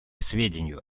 сведению